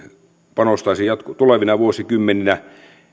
panostaisi tulevina vuosikymmeninä